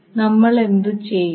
നമ്മൾ എന്തു ചെയ്യുന്നു